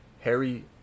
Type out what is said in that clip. Harry